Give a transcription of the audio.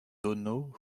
donau